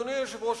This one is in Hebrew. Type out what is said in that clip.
אדוני היושב-ראש,